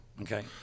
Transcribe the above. Okay